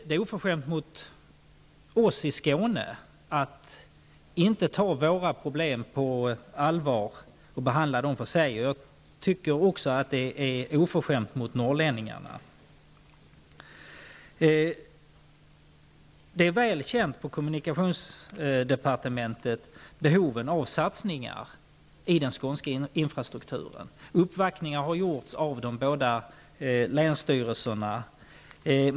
Det är oförskämt mot oss i Skåne att inte ta våra problem på allvar och behandla dem för sig. Jag tycker också att det är oförskämt mot norrlänningarna. Behovet av satsningar i den skånska infrastrukturen är väl känt på kommunikationsdepartementet. Uppvaktningar har gjorts av de båda länsstyrelserna.